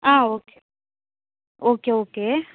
ah okay okay okay